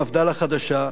מפד"ל החדשה,